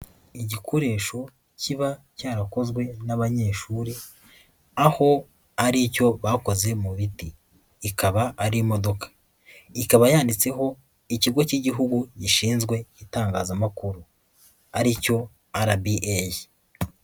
iIgikoresho kiba cyarakozwe n'abanyeshuri, aho ari icyo bakoze mu biti. Ikaba ari imodoka. Ikaba yanditseho ikigo cy'igihugu gishinzwe itangazamakuru. Ari cyo RBA.